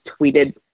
tweeted